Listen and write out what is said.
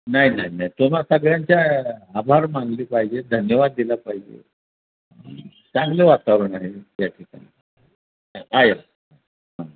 नाही नाही नाही तुम्हाला सगळ्यांच्या आभार मागितले पाहिजे धन्यवाद दिला पाहिजे चांगलं वातावरण आहे त्या ठिकाणी आहे हां